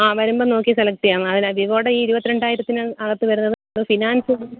ആ വരുമ്പം നോക്കി സെലക്റ്റ് ചെയ്യാം അതല്ല വിവോയുടെ ഈ ഇരുപത്തിരണ്ടായിരത്തിന് അകത്ത് വരുന്നത് ഫിനാൻസ്